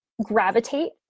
gravitate